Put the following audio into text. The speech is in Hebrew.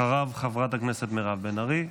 אחריו, חברת הכנסת מירב בן ארי,